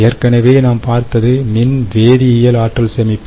ஏற்கனவே நாம் பார்த்தது மின் வேதியியல் ஆற்றல் சேமிப்பு